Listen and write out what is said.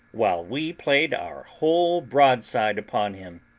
while we played our whole broadside upon him.